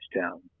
Town